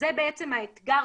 זה בעצם האתגר,